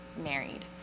married